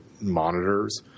monitors